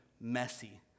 Messy